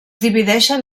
divideixen